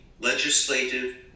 legislative